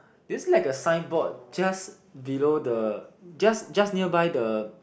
do you see like a signboard just below the just just nearby the